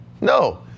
No